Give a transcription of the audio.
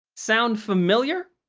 sound familiar?